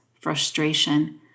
frustration